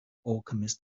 alchemist